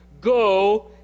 Go